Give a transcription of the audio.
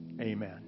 Amen